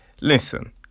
listen